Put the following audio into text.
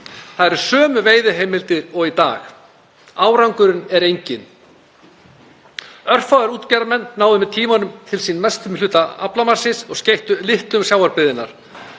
Það eru sömu veiðiheimildir og í dag. Árangurinn er enginn. Örfáir útgerðarmenn náðu með tímanum til sín mestum hluta aflamarksins og skeyttu litlu um sjávarbyggðirnar.